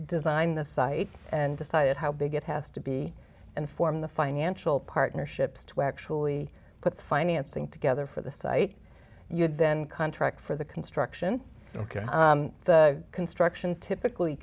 design the site and decide how big it has to be and form the financial partnerships to actually put the financing together for the site you'd then contract for the construction ok the construction typically